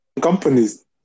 companies